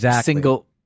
single